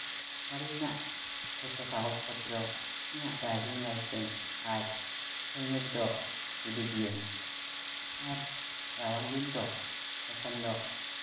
ᱜᱟᱹᱰᱤ ᱨᱮᱱᱟᱜ ᱡᱚᱛᱚ ᱠᱟᱜᱚᱡᱽ ᱯᱚᱛᱨᱚ ᱤᱧᱟᱹᱜ ᱰᱨᱟᱭᱵᱷᱤᱝ ᱞᱟᱭᱥᱮᱱᱥ ᱟᱨ ᱦᱮᱞᱢᱮᱴ ᱫᱚ ᱤᱫᱤ ᱜᱮᱭᱟᱹᱧ ᱟᱨ ᱨᱟᱵᱟᱝ ᱫᱤᱱ ᱛᱚ ᱛᱚᱠᱷᱚᱱ ᱫᱚ